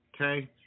okay